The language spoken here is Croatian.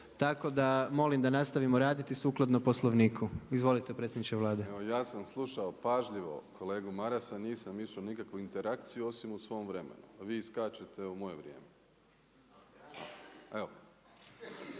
Tako da molim da nastavimo raditi sukladno Poslovniku. Izvolite predsjedniče Vlade. **Plenković, Andrej (HDZ)** Evo ja sam slušao pažljivo kolegu Marasa, nisam išao u nikakvu interakciju osim u svom vremenu a vi uskačete u moje vrijeme.